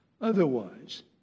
Otherwise